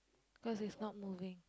cause it's not moving